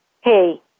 hey